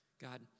God